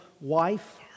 wife